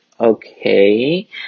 okay